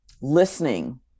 listening